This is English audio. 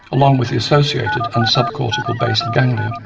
along with the associated and subcortical basal ganglia,